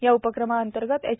या उपक्रमाअंतर्गत एच